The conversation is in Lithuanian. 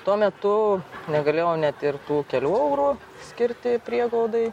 tuo metu negalėjau net ir tų kelių eurų skirti prieglaudai